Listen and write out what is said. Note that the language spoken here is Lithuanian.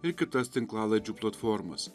ir kitas tinklalaidžių platformas